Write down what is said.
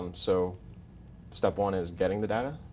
and so step one is getting the data.